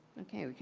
okay.